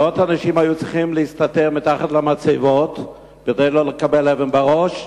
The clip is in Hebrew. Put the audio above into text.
מאות אנשים היו צריכים להסתתר מתחת למצבות כדי לא לקבל אבן בראש.